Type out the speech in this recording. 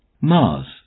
Mars